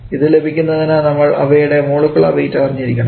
ഇത് ലഭിക്കുന്നതിന് നമ്മൾ അവയുടെ മോളികുലാർ വെയ്റ്റ് അറിഞ്ഞിരിക്കണം